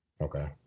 Okay